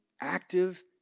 active